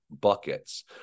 buckets